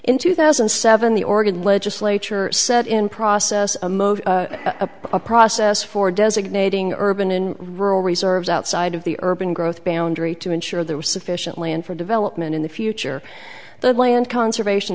in two thousand and seven the oregon legislature set in process a process for designating urban and rural reserves outside of the urban growth boundary to ensure there was sufficient land for development in the future that land conservation